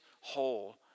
whole